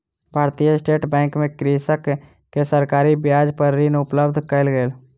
भारतीय State Bank मे कृषक के सरकारी ब्याज पर ऋण उपलब्ध कयल गेल